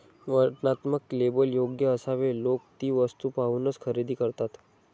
वर्णनात्मक लेबल योग्य असावे लोक ती वस्तू पाहूनच खरेदी करतात